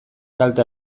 kalte